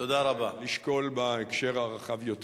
לשקול בהקשר הרחב יותר.